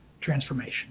transformation